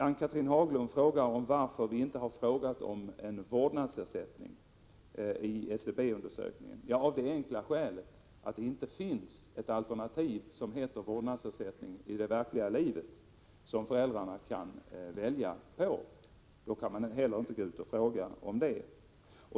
Ann-Cathrine Haglund frågade varför vi i SCB-undersökningen inte har frågat om en vårdnadsersättning — det är av det enkla skälet att det i det verkliga livet inte finns ett alternativ som föräldrarna kan välja som heter vårdnadsersättning. Då kan man inte heller gå ut och fråga om det.